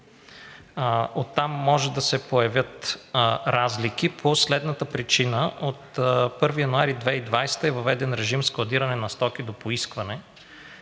Оттам може да се появят разлики по следната причина: от 1 януари 2020 г. е въведен режим „складиране на стоки до поискване“